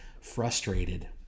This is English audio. frustrated